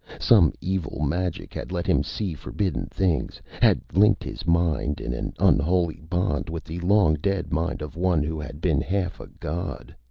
some evil magic had let him see forbidden things, had linked his mind in an unholy bond with the long-dead mind of one who had been half a god.